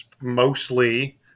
mostly